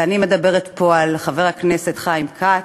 ואני מדברת פה על חבר הכנסת חיים כץ,